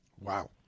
Wow